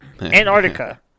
Antarctica